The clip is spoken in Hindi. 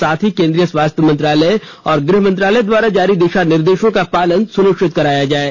साथ ही केंद्रीय स्वास्थ्य मंत्रालय तथा गृह मंत्रालय द्वारा जारी दिशा निर्देशों का पालन सुनिश्चित कराया जाये